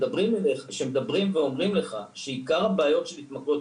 שמדברים ואומרים לך שעיקר הבעיות של התמכרויות,